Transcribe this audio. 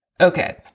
okay